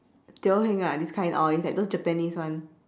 teo heng ah this kind all it's like those japanese one